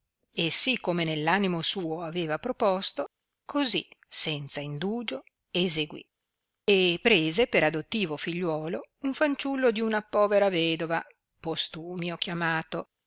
e sì come nell'animo suo aveva proposto così senza indugio eseguì e prese per adottivo figliuolo un fanciullo di una povera vedova postumio chiamato